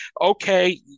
okay